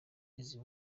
izi